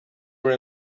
were